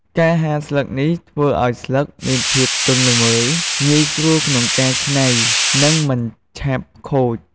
ការហាលស្លឹកនេះធ្វើឲ្យស្លឹកមានភាពទន់ល្មើយ ងាយស្រួលក្នុងការច្នៃ និងមិនឆាប់ខូច។